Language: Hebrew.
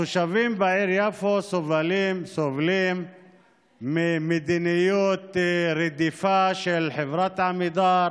התושבים בעיר יפו סובלים ממדיניות רדיפה של חברת עמידר,